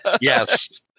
yes